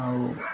ଆଉ